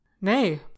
nay